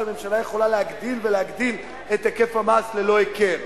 שהממשלה יכולה להגדיל ולהגדיל את היקף המס ללא היכר.